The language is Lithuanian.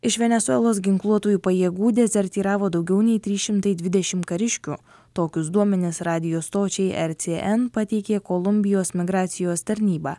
iš venesuelos ginkluotųjų pajėgų dezertyravo daugiau nei trys šimtai dvidešimt kariškių tokius duomenis radijo stočiai er ci en pateikė kolumbijos migracijos tarnyba